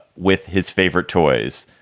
with his favorite toys.